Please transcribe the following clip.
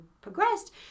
progressed